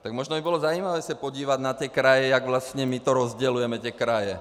Tak možná by bylo zajímavé se podívat na ty kraje, jak vlastně my to rozdělujeme, ty kraje.